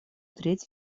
треть